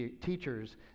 teachers